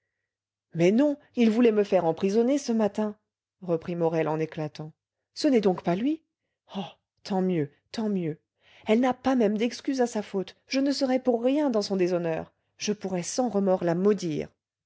mais non il voulait me faire emprisonner ce matin reprit morel en éclatant ce n'est donc pas lui oh tant mieux tant mieux elle n'a pas même d'excuse à sa faute je ne serai pour rien dans son déshonneur je pourrai sans remords la maudire